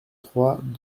trois